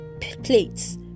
plates